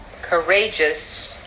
courageous